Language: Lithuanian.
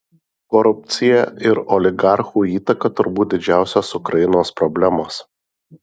korupcija ir oligarchų įtaka turbūt didžiausios ukrainos problemos